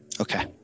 Okay